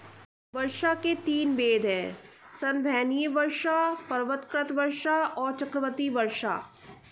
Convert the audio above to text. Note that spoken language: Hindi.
वर्षा के तीन भेद हैं संवहनीय वर्षा, पर्वतकृत वर्षा और चक्रवाती वर्षा